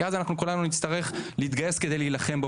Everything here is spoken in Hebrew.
כי אז אנחנו כולנו נצטרך להתגייס כדי להילחם בו,